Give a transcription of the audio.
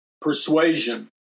persuasion